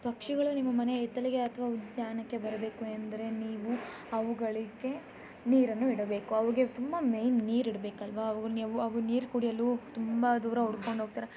ಪಕ್ಷಿಗಳು ನಿಮ್ಮ ಮನೆಯ ಇತ್ತಲಿಗೆ ಅಥ್ವ ಉದ್ಯಾನಕ್ಕೆ ಬರಬೇಕು ಎಂದರೆ ನೀವು ಅವುಗಳಿಗೆ ನೀರನ್ನು ಇಡಬೇಕು ಅವುಗೆ ತುಂಬ ಮೇಯ್ನ್ ನೀರಿಡ್ಬೇಕಲ್ಲವಾ ಅವ್ಗ್ಳಿಗ ನಿವ್ ಅವು ನೀರು ಕುಡಿಯಲು ತುಂಬ ದೂರ ಹುಡ್ಕೊಂಡೋಗ್ತರೆ